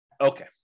Okay